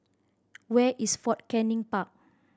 where is Fort Canning Park